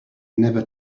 never